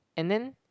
and then